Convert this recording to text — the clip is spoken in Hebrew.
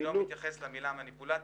אני לא מתייחס למילה "מניפולציות",